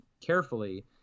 carefully